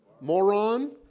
moron